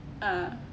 a'ah